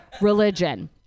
religion